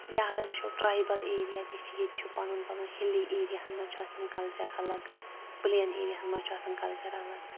یا اگر وٕچھو ٹرٛایبَل ایریا تہِ چھِ ییٚتہِ چھِ پَنُن پَنُن ہِلی ایریاہَن منٛز چھُ آسان کَلچَر الگ پٕلین ایریاہَن منٛز چھُ آسان کَلچَر الگ